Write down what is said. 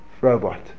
robot